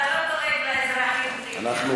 אתה לא דואג לאזרחים, טיבי, אתה הולך לוורסצ'ה.